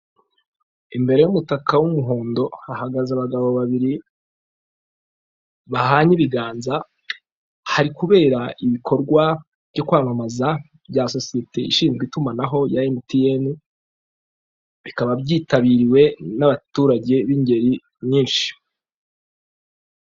Imbere y'umutaka w'umuhondo, hahagaze abagabo babiri bahanye ibiganza, hari kubera ibikorwa byo kwamamaza ibya sosiyete ishinzwe itumanaho ya MTN, bikaba byitabiriwe n'abaturage b'ingeri nyinshi.